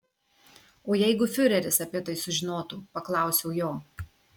o jeigu fiureris apie tai sužinotų paklausiau jo